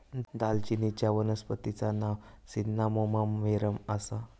दालचिनीचच्या वनस्पतिचा नाव सिन्नामोमम वेरेम आसा